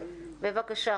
תודה רבה.